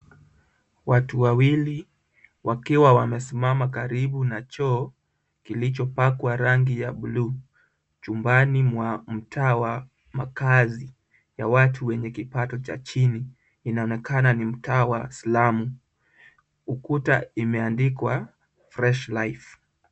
Watu wawili wakiwa wamesimama karibu na choo kilichopakwa rangi ya bluu. Chumbani mwa mtaa wa makaazi ya watu wenye kipato cha chini inaonekana ni mtaa wa slamu . Ukuta imeandikwa fresh life .